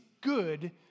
good